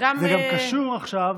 זה גם קשור עכשיו,